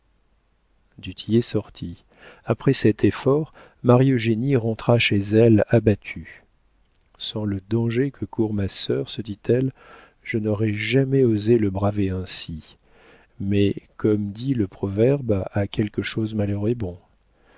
tillet sortit après cet effort marie eugénie rentra chez elle abattue sans le danger que court ma sœur se dit-elle je n'aurais jamais osé le braver ainsi mais comme dit le proverbe à quelque chose malheur est bon